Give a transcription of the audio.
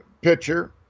pitcher